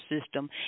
system